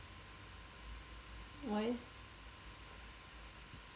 why leh